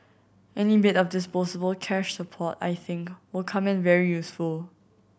any bit of disposable cash support I think will come in very useful